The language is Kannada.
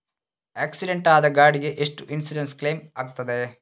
ಆಕ್ಸಿಡೆಂಟ್ ಆದ ಗಾಡಿಗೆ ಎಷ್ಟು ಇನ್ಸೂರೆನ್ಸ್ ಕ್ಲೇಮ್ ಆಗ್ತದೆ?